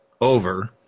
over